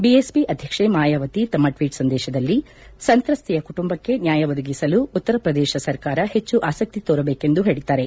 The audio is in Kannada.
ಬಿಎಸ್ಪಿ ಅಧ್ಯಕ್ಷ ಮಾಯಾವತಿ ತಮ್ಮ ಟ್ವೀಟ್ ಸಂದೇಶದಲ್ಲಿ ಸಂತ್ರಸ್ತೆಯ ಕುಟುಂಬಕ್ಕೆ ನ್ಯಾಯ ಒದಗಿಸಲು ಉತ್ತರಪ್ರದೇಶ ಸರ್ಕಾರ ಹೆಚ್ಚು ಆಸಕ್ತಿ ತೋರಬೇಕೆಂದು ಹೇಳಿದ್ದಾರೆ